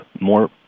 more